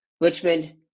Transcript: Richmond